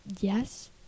Yes